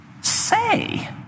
Say